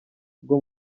rwo